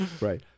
Right